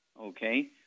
okay